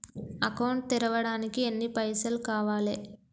Account తెరవడానికి ఎన్ని పైసల్ కావాలే?